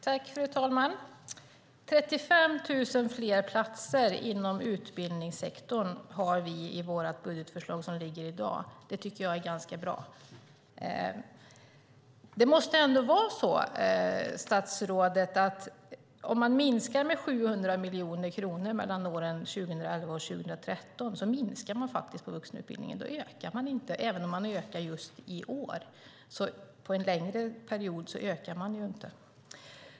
Fru talman! 35 000 fler platser inom utbildningssektorn har vi i vårt gällande budgetförslag. Det tycker jag är ganska bra. Det måste ändå vara så, statsrådet, att om man minskar på vuxenutbildningen med 700 miljoner kronor mellan åren 2011 och 2013 ökar man inte, även om man ökar just i år. Sett över en längre period ökar man inte.